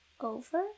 over